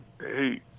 hey